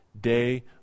day